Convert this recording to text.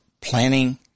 Planning